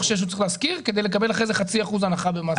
שש הוא צריך להשכיר - כדי לקבל אחר כך חצי אחוז הנחה במס שבח שלו.